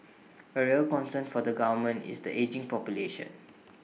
A real concern for the government is the ageing population